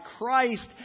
Christ